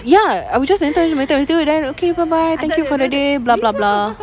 ya I will just enjoy my time with you then okay bye bye thank you for the day blah blah blah